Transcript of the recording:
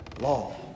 law